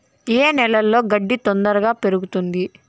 ఏ నేలలో గడ్డి తొందరగా పెరుగుతుంది